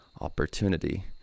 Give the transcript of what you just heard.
opportunity